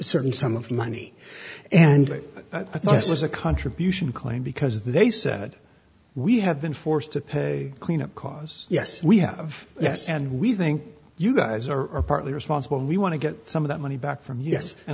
certain sum of money and i thought this was a contribution claim because they said we have been forced to pay cleanup costs yes we have yes and we think you guys are partly responsible and we want to get some of that money back from yes and